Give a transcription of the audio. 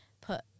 put